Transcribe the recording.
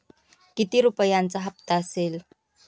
किती रुपयांचा हप्ता असेल?